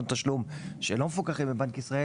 תשלום שלא מפוקחים על ידי בנק ישראל,